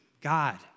God